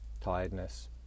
tiredness